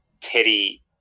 Teddy